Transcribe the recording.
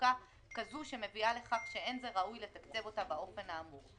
עמוקה כזו שמביאה לכך שאין זה ראוי לתקצב אותה באופן האמור.